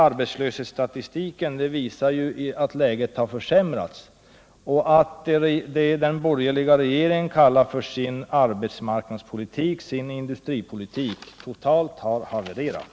Arbetslöshetsstatistiken visar ju att läget har försämrats och att det som den borgerliga regeringen kallar för sin arbetsmarknadspolitik, sin industripolitik, totalt har havererat.